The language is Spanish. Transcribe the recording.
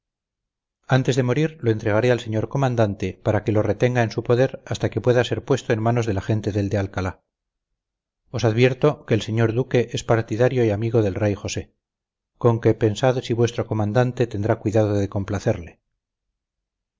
antes de morir lo entregaré al señor comandante para que lo retenga en su poder hasta que pueda ser puesto en manos de la gente del de alcalá os advierto que el señor duque es partidario y amigo del rey josé conque pensad si vuestro comandante tendrá cuidado de complacerle